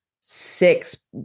six